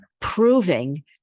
proving